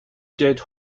dead